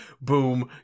boom